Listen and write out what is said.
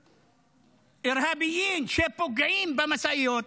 טרוריסטים,) שפוגעים במשאיות.